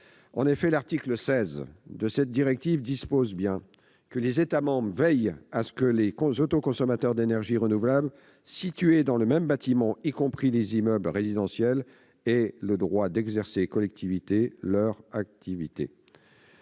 En effet, l'article 21 de cette directive dispose que « les États membres veillent à ce que les autoconsommateurs d'énergies renouvelables situés dans le même bâtiment, y compris les immeubles résidentiels, aient le droit d'exercer collectivement [leurs] activités